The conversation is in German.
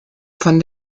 von